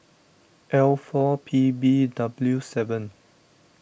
L four P B W seven